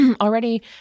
already